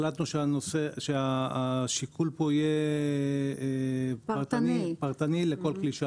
לכן החלטנו שהשיקול פה יהיה פרטני לכל כלי שיט.